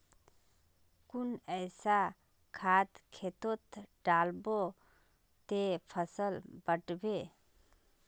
कुन ऐसा खाद खेतोत डालबो ते फसल बढ़बे?